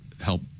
help